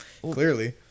clearly